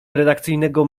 redakcyjnego